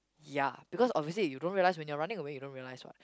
ya because obviously if you don't realise when you are running away you don't realise what